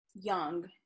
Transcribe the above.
young